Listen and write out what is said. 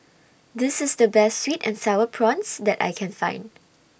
This IS The Best Sweet and Sour Prawns that I Can Find